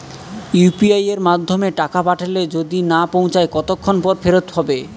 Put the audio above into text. UPI য়ের মাধ্যমে টাকা পাঠালে যদি না পৌছায় কতক্ষন পর ফেরত হবে?